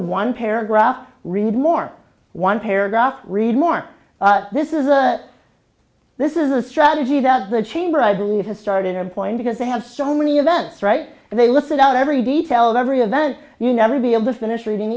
one paragraph read more one paragraph read more this is a this is a strategy that the chamber i believe has started her point because they have so many events right and they listed out every detail of every event you never be able to finish reading